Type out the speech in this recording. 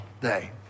day